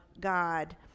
God